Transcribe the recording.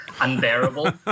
unbearable